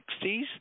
1960s